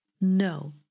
No